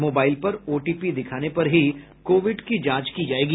mobile पर OTP दिखाने पर ही कोविड की जांच की जायेगी